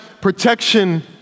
protection